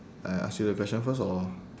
I ask you the question first or